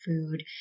food